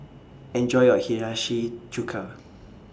Enjoy your Hiyashi Chuka